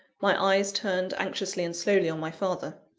my eyes turned anxiously and slowly on my father.